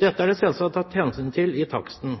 Dette er det selvsagt tatt hensyn til i taksten.